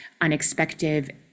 unexpected